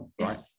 right